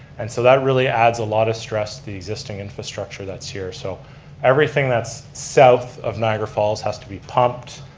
and so that really adds a lot of stress to the existing infrastructure that's here. so everything that's south of niagara falls has to be pumped,